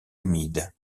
humide